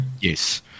Yes